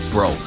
Bro